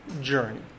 journey